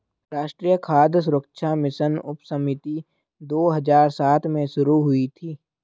राष्ट्रीय खाद्य सुरक्षा मिशन उपसमिति दो हजार सात में शुरू हुई थी